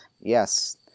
Yes